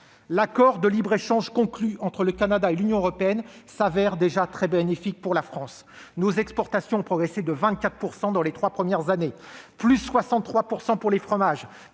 l'accord de libre-échange conclu entre le Canada et l'Union européenne s'avère déjà très bénéfique pour la France. Nos exportations ont progressé de 24 % dans les trois premières années : 63 % pour les fromages,